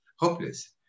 Hopeless